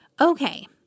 Okay